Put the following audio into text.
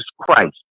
Christ